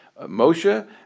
Moshe